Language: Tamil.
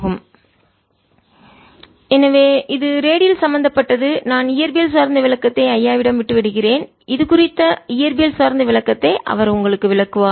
E 0nαR2 S ER0 0n22 I0αtr எனவே இது ரேடியல் சம்பந்தப்பட்டது நான் இயற்பியல் சார்ந்த விளக்கத்தை ஐயாவிடம் விட்டு விடுகிறேன் இது குறித்த இயற்பியல் சார்ந்த விளக்கத்தை அவர் உங்களுக்கு விளக்குவார்